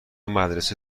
مدرسه